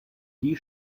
die